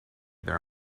their